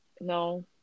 no